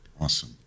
Awesome